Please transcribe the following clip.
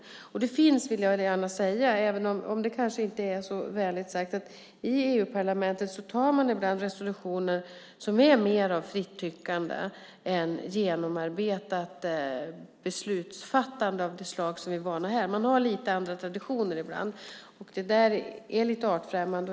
Även om det kanske inte är så vänligt sagt vill jag gärna säga att man i EU-parlamentet ibland antar resolutioner som är mer av fritt tyckande än genomarbetat beslutsfattande av det slag som vi är vana vid här. Man har lite andra traditioner ibland. Det är lite artfrämmande.